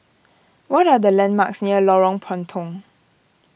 what are the landmarks near Lorong Puntong